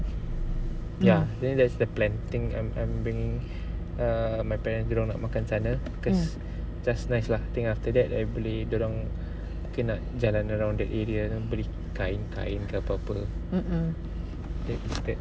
ya then that's the plan think I'm bringing err my parents dia orang nak makan sana cause just nice lah think after that I boleh ke nak jalan around the area beli kain-kain ke apa-apa